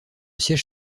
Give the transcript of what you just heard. siège